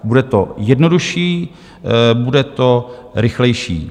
Bude to jednodušší, bude to rychlejší.